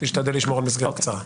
תשתדל לשמור על מסגרת קצרה.